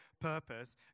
purpose